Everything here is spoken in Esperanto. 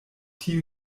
tio